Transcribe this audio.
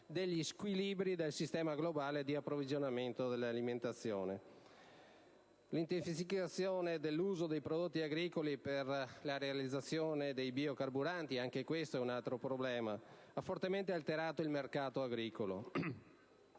degli squilibri nel sistema globale di approvvigionamento alimentare; l'intensificazione dell'uso dei prodotti agricoli per la realizzazione di biocarburanti ha fortemente alterato il mercato agricolo: